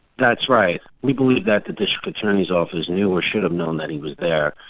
that's right. we believe that the district attorney's office knew or should have known that he was there.